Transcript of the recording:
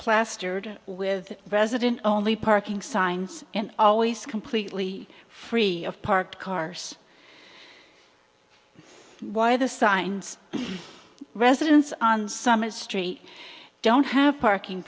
plastered with resident only parking signs and always completely free of parked cars why the signs residents on summit street don't have parking